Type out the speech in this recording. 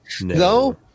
No